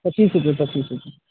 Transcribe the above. पच्चीस रुपए पच्चीस रुपए